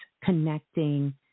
connecting